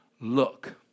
look